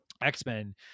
X-Men